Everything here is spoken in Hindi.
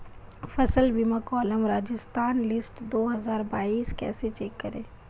फसल बीमा क्लेम राजस्थान लिस्ट दो हज़ार बाईस कैसे चेक करें?